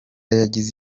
yagize